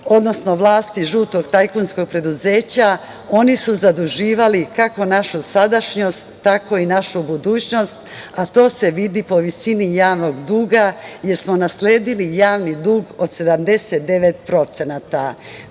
odnosno vlasti žutog tajkunskog preduzeća, oni su zaduživali kako našu sadašnjost, tako i našu budućnost, a to se vidi po visini javnog duga, jer smo nasledili javni dug od 79%.Danas